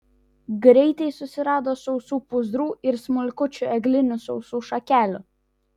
greitai susirado sausų pūzrų ir smulkučių eglinių sausų šakelių